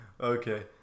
Okay